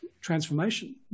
transformation